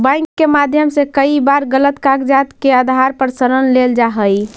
bank के माध्यम से कई बार गलत कागजात के आधार पर ऋण लेल जा हइ